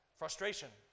frustration